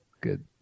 good